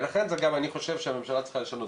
ולכן אני חושב שהממשלה צריכה לשנות